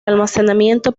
almacenamiento